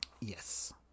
yes